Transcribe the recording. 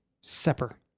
Sepper